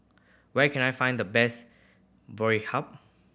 where can I find the best Boribap